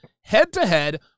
head-to-head